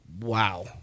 wow